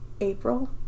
April